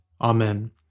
Amen